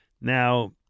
Now